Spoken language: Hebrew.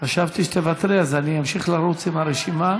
חשבתי שתוותרי, אז אני אמשיך לרוץ עם הרשימה.